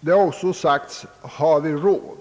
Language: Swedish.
Det har också frågats: Har vi råd?